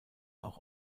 auch